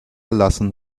lassen